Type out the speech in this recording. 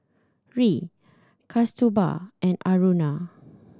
Hri Kasturba and Aruna